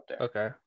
okay